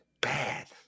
bad